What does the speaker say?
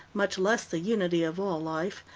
much less the unity of all life,